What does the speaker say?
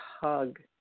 hug